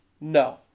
No